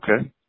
okay